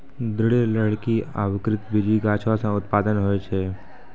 दृढ़ लकड़ी आवृति बीजी गाछो सें उत्पादित होय छै?